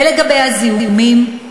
ולגבי הזיהומים,